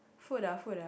food ah food ah